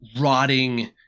rotting